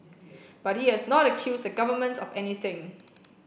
but he has not accused the Government of anything